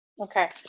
Okay